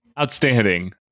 Outstanding